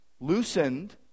loosened